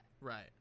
Right